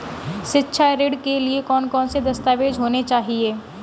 शिक्षा ऋण के लिए कौन कौन से दस्तावेज होने चाहिए?